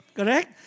Correct